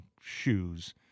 shoes